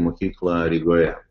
mokyklą rygoje